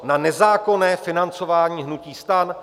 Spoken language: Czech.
Na nezákonné financování hnutí STAN?